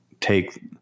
take